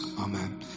Amen